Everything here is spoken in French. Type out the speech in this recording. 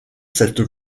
cette